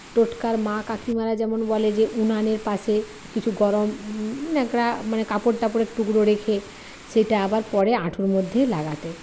টোটকার মা কাকিমারা যেমন বলে যে উনানের পাশে কিছু গরম ন্যাকড়া মানে কাপড় টাপরের টুকরো রেখে সেটা আবার পরে হাঁটুর মধ্যেই লাগাতে